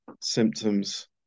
symptoms